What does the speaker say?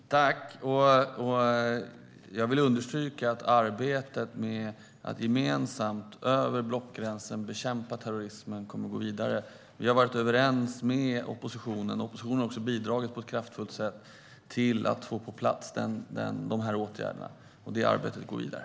Herr talman! Jag vill understryka att arbetet att gemensamt över blockgränsen bekämpa terrorismen kommer att gå vidare. Vi har varit överens med oppositionen. Oppositionen har också bidragit på ett kraftfullt sätt till att få åtgärderna på plats. Det arbetet går vidare.